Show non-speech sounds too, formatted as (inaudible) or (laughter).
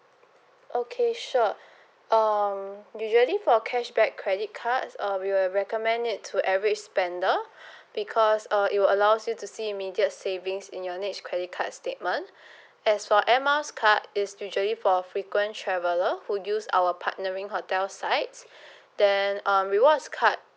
okay sure um usually for cashback credit cards uh we will recommend it to average spender (breath) because uh it will allows you to see immediate savings in your next credit card statement (breath) as for air miles card is usually for frequent traveler who use our partnering hotel sites (breath) then um rewards card